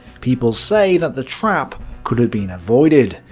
people say that the trap could have been avoided.